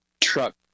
truck